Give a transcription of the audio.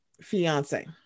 fiance